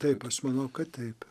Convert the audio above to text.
taip aš manau kad taip